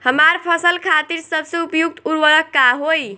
हमार फसल खातिर सबसे उपयुक्त उर्वरक का होई?